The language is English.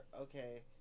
okay